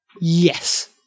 yes